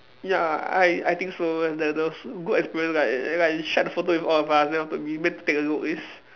ya I I think so the the good experience like like he shared the photo with all of us then after we went to take a look it's